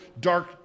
dark